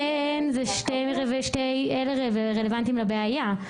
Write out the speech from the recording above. שניהם רלוונטיים לבעיה.